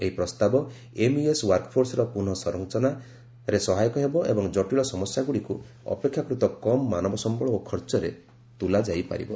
ଏହି ପ୍ରସ୍ତାବ ଏମ୍ଇଏସ୍ ୱାର୍କଫୋର୍ସର ପୁନଃ ସରଞ୍ଚନାରେ ସହାୟକ ହେବ ଏବଂ ଜଟିଳ ସମସ୍ୟାଗୁଡ଼ିକୁ ଅପେକ୍ଷାକୃତ କମ୍ ମାନବସମ୍ଭଳ ଓ ଖର୍ଚ୍ଚରେ ତୁଲାଯାଇ ପାରିବ